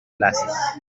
glasses